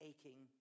Aching